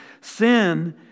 Sin